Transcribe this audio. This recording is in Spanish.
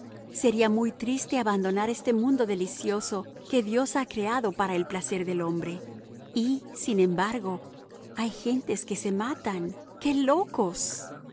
sería muy triste abandonar este mundo delicioso que dios ha creado para el placer del hombre y sin embargo hay gentes que se matan qué locos